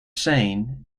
saying